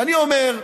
ואני אומר: